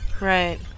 Right